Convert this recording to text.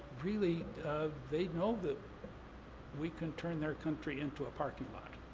really they know that we can turn their country into a parking lot.